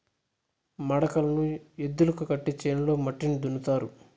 మడకలను ఎద్దులకు కట్టి చేనులో మట్టిని దున్నుతారు